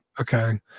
Okay